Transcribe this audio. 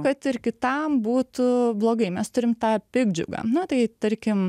kad ir kitam būtų blogai mes turim tą piktdžiugą na tai tarkim